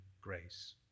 grace